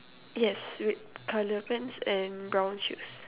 yes red colour pants and brown shoes